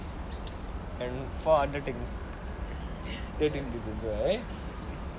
and four other things right